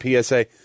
PSA